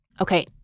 Okay